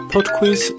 PodQuiz